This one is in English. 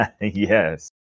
Yes